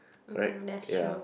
right ya